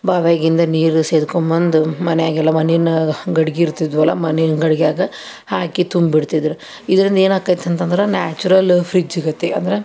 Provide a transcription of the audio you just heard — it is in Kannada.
ಬಾವ್ಯಾಗಿಂದ ನೀರು ಸೇದ್ಕೊಂಡ್ಬಂದು ಮನ್ಯಾಗೆಲ್ಲ ಮಣ್ಣಿನ ಗಡ್ಗೆ ಇರ್ತಿದ್ವಲ್ಲ ಮಣ್ಣಿನ ಗಡಿಗ್ಯಾಗ ಹಾಕಿ ತುಂಬಿಡ್ತಿದ್ರು ಇದ್ರಿಂದ ಏನಾಕ್ಕೈತಂದ್ರೆ ನ್ಯಾಚುರಲ್ ಫ್ರಿಜ್ಜ್ ಗತಿ ಅಂದ್ರೆ